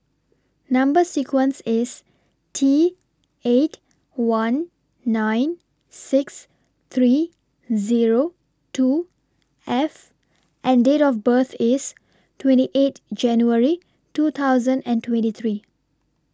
Number sequence IS T eight one nine six three Zero two F and Date of birth IS twenty eight January two thousand and twenty three